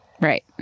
Right